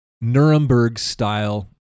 Nuremberg-style